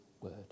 word